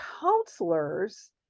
counselors